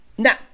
Now